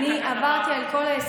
אני עברתי על כל ההסכמים,